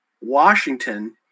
Washington